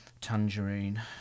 tangerine